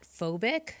phobic